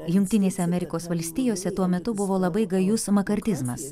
jungtinėse amerikos valstijose tuo metu buvo labai gajus makartizmas